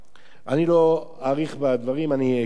אני לא אאריך בדברים, אני אקצר.